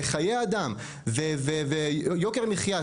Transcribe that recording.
חיי אדם ויוקר המחייה,